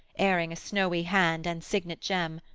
airing a snowy hand and signet gem,